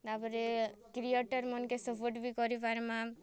ତାପରେ କ୍ରିଏଟର୍ ମାନକେ ସପଟ ବି କରି ପାର୍ମା